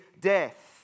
death